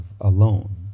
alone